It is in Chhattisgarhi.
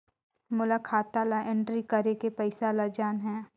मोला खाता ला एंट्री करेके पइसा ला जान हे?